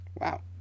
Wow